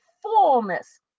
fullness